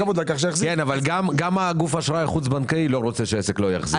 גם גוף האשראי החוץ בנקאי לא רוצה שהעסק לא יחזיר.